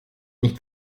nicht